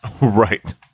Right